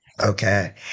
Okay